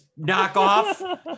knockoff